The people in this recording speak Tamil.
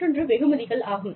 மற்றொன்று வெகுமதிகள் ஆகும்